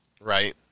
Right